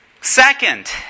Second